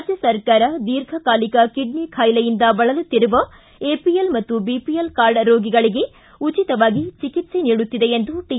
ರಾಜ್ಯ ಸರ್ಕಾರ ದೀರ್ಘಕಾಲಿಕ ಕಿಡ್ನಿ ಬಾಯಿಲೆಯಿಂದ ಬಳಲುತ್ತಿರುವ ಎಪಿಎಲ್ ಮತ್ತು ಬಿಪಿಎಲ್ ಕಾರ್ಡ್ ರೋಗಿಗಳಿಗೆ ಉಚಿತವಾಗಿ ಚಿಕಿತ್ಸೆ ನೀಡುತ್ತಿದೆ ಎಂದು ಟಿ